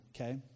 okay